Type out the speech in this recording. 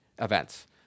events